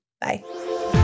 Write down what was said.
Bye